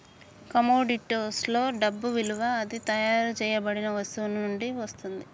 కమోడిటీస్లో డబ్బు విలువ అది తయారు చేయబడిన వస్తువు నుండి వస్తుంది